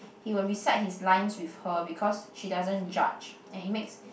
he will recite his lines with her because she doesn't judge and it makes